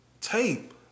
tape